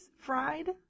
Fried